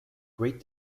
great